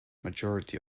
majority